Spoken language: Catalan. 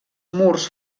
murs